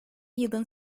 yılın